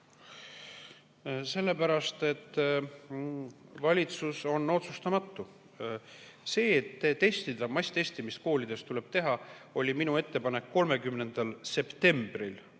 Sellepärast, et valitsus on otsustamatu. See, et masstestimist koolides tuleb teha, oli minu ettepanek 30. septembril.